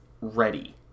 ready